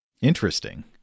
Interesting